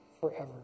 forever